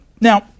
Now